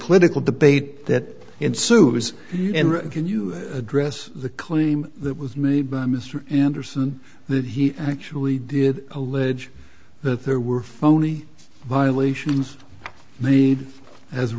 political debate that ensues can you address the claim that was made by mr anderson that he actually did allege that there were phony violations need as